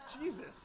Jesus